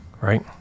right